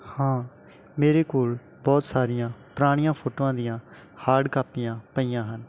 ਹਾਂ ਮੇਰੇ ਕੋਲ ਬਹੁਤ ਸਾਰੀਆਂ ਪੁਰਾਣੀਆਂ ਫੋਟੋਆਂ ਦੀਆਂ ਹਾਰਡ ਕਾਪੀਆਂ ਪਈਆਂ ਹਨ